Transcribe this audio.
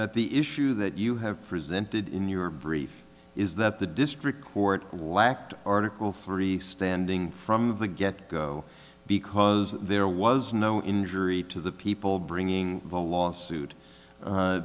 that the issue that you have presented in your brief is that the district court lacked article three standing from the get go because there was no injury to the people bringing a lawsuit